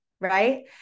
right